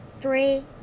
three